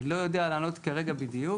אני לא יודע לענות כרגע בדיוק